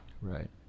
Right